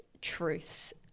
truths